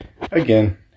again